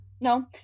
no